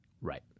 Right